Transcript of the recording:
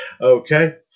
Okay